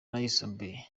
n’ayisumbuye